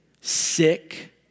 sick